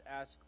ask